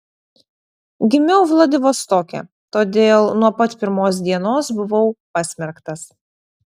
gimiau vladivostoke todėl nuo pat pirmos dienos buvau pasmerktas